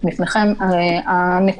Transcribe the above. גם היא נדרשת בהקשר הזה,